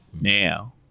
now